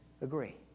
agree